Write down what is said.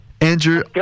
Andrew